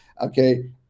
okay